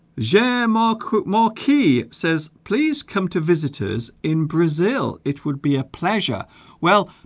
germar cook maki says please come to visitors in brazil it would be a pleasure well